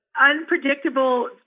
unpredictable